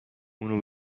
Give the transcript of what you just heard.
اونو